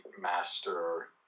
master